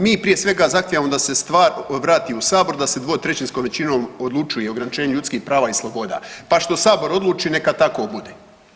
Mi, prije svega, zahtijevamo da se stvar vrati u Sabor, da se dvotrećinskom većinom odlučuje o ograničenju ljudskih prava i sloboda pa što Sabor odluči, neka tako bude.